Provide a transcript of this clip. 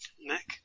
Nick